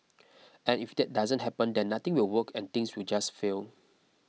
and if that doesn't happen then nothing will work and things will just fail